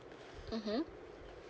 mmhmm